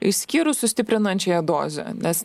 išskyrus sustiprinančiąją dozę nes